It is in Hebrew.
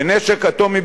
בנשק אטומי,